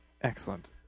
excellent